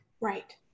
Right